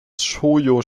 shōjo